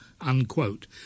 unquote